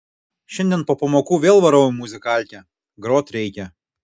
šiandien po pamokų vėl varau į muzikalkę grot reikia